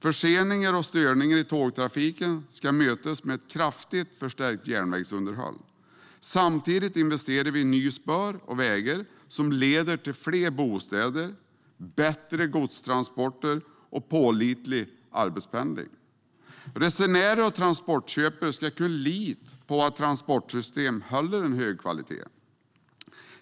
Förseningar och störningar i tågtrafiken ska mötas med ett kraftigt förstärkt järnvägsunderhåll. Samtidigt investerar vi i nya spår och vägar som leder till fler bostäder, bättre godstransporter och pålitlig arbetspendling. Resenärer och transportköpare ska kunna lita på att transportsystemet håller en hög kvalitet.